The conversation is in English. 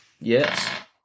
Yes